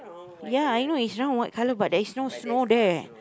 ya I know it's round what but there's no snow there